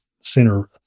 center